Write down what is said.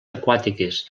aquàtiques